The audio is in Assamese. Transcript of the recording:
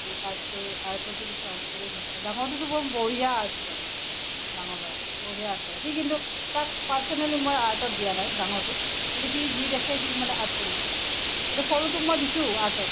সি আৰ্ট কৰি আৰ্টতো দিছোঁ আৰ্ট কৰি ভাল পায় ডাঙৰটোতো বম বঢ়িয়া আৰ্ট কৰে ডাঙৰ ল'ৰাটো বঢ়িয়া আৰ্ট কৰে সি কিন্তু তাক পাৰ্ছনেলি মই আৰ্টত দিয়া নাই ডাঙৰটোক কিন্তু সি যি দেখে সি মানে আৰ্ট কৰিব পাৰে কিন্তু সৰুটোক মই দিছোঁ আৰ্টত